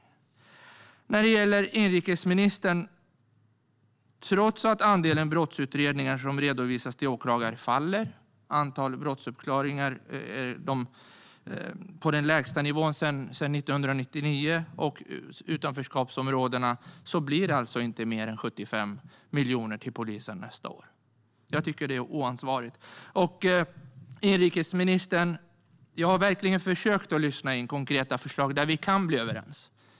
Sedan går jag över till vad inrikesministern har sagt. Trots att andelen brottsutredningar som redovisas till åklagare minskar, mängden brottsuppklaringar i utanförskapsområden är på den lägsta nivån sedan 1999, blir det alltså inte mer än 75 miljoner till polisen nästa år. Det är oansvarigt. Jag har verkligen försökt, inrikesministern, att lyssna efter konkreta förslag där vi kan bli överens.